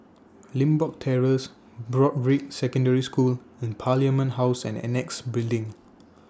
Limbok Terrace Broadrick Secondary School and Parliament House and Annexe Building